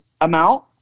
amount